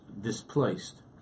displaced